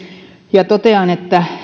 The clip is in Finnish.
ja totean että